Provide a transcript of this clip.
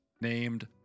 named